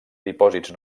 dipòsits